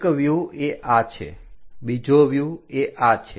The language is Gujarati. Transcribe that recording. એક વ્યુહ એ આ છે બીજો વ્યુહ એ આ છે